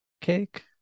cake